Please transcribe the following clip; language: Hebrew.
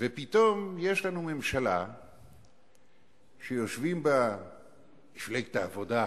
ופתאום יש לנו ממשלה שיושבת בה מפלגת העבודה,